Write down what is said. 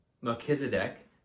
Melchizedek